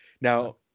Now